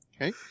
Okay